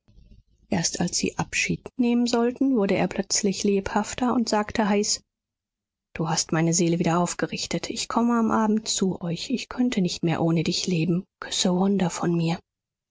erst als sie abschied nehmen sollten wurde er plötzlich lebhafter und sagte heiß du hast meine seele wieder aufgerichtet ich komme am abend zu euch ich könnte nicht mehr ohne dich leben küsse wanda von mir